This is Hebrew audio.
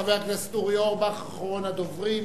חבר הכנסת אורי אורבך, אחרון הדוברים,